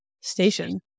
station